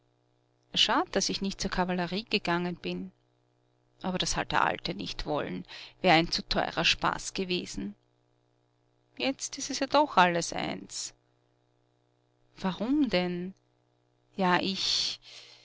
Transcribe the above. schad daß ich nicht zur kavallerie gegangen bin aber das hat der alte nicht wollen wär ein zu teurer spaß gewesen jetzt ist es ja doch alles eins warum denn ja ich